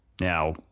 now